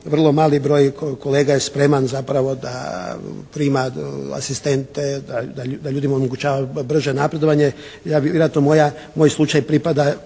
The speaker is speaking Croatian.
vrlo mali broj kolega je spreman zapravo da prima asistente, da ljudima omogućava brže napredovanje.